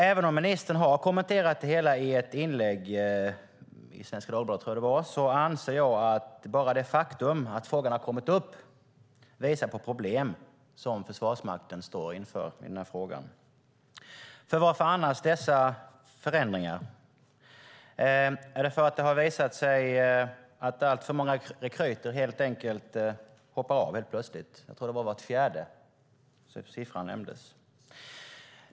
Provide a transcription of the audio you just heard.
Även om ministern har kommenterat det hela i ett inlägg i Svenska Dagbladet, tror jag det var, anser jag att bara det faktum att frågan har kommit upp visar på problem som Försvarsmakten står inför i den här frågan. Varför gör man annars dessa förändringar? Är det för att det har visat sig att alltför många rekryter helt enkelt plötsligt hoppar av? Jag tror att var fjärde var en siffra som nämndes.